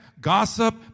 gossip